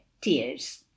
tears